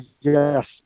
Yes